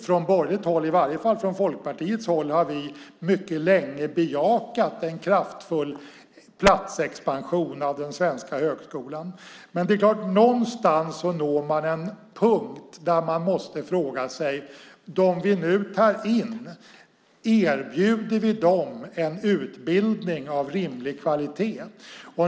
Från borgerligt håll, eller i varje fall från Folkpartiets håll, har vi mycket länge bejakat en kraftfull platsexpansion i den svenska högskolan. Men någonstans når man en punkt där man måste fråga sig om vi erbjuder dem vi nu tar in en utbildning av rimlig kvalitet.